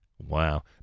Wow